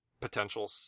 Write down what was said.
potential